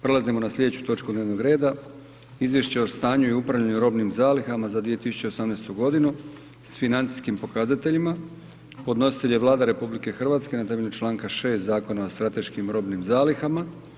Prelazimo na slijedeću točku dnevno reda: - Izvješće o stanju i upravljanju robnim zalihama za 2018. godinu, s financijskim pokazateljima Podnositelj je Vlada RH na temelju Članka 6. Zakona o strateškim robnim zalihama.